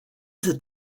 cet